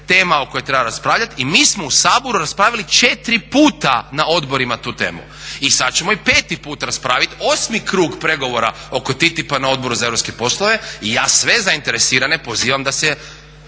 tema o kojoj treba raspravljati i mi smo u Saboru raspravili 4 puta na odborima tu temu. I sada ćemo i 5.-ti puta raspraviti 8. krug pregovora oko TTIP-a na Odboru za europske poslove i ja sve zainteresirane pozivam da se